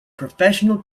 professional